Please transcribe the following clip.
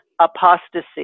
apostasy